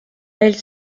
elle